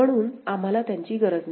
म्हणून आम्हाला त्यांची गरज नाही